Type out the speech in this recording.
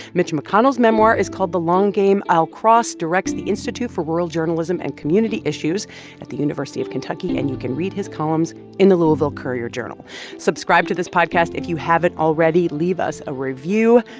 mitch mcconnell's memoir is called the long game. al cross directs the institute for rural journalism and community issues at the university of kentucky, and you can read his columns in the louisville courier-journal subscribe to this podcast if you haven't already. leave us a review.